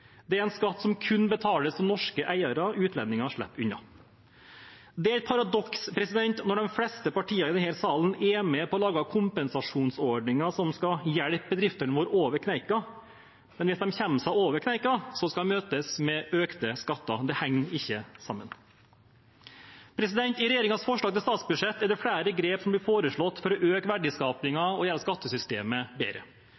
Det er en skatt som kun betales av norske eiere – utlendinger slipper unna. Det er et paradoks når de fleste partiene i denne salen er med på å lage kompensasjonsordninger som skal hjelpe bedriftene våre over kneika, men hvis de kommer over kneika, skal de møtes med økte skatter. Det henger ikke sammen. I regjeringens forslag til statsbudsjett er det flere grep som blir foreslått for å øke